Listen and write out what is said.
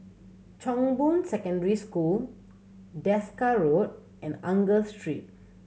Chong Boon Secondary School Desker Road and Angus Street